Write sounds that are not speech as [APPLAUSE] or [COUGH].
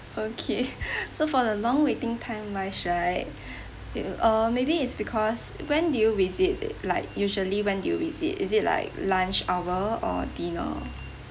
okay [LAUGHS] so for the long waiting time wise right it'll uh maybe it's because when did you visit like usually when do you visit is it like lunch hour or dinner